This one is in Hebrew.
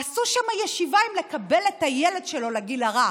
עשו שם ישיבה אם לקבל את הילד שלו לגיל הרך.